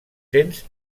cents